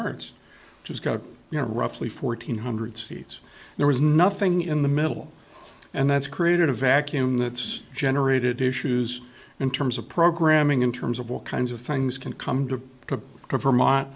arts has got you know roughly fourteen hundred seats there was nothing in the middle and that's created a vacuum that's generated issues in terms of programming in terms of all kinds of things can come to to cover mo